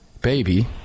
baby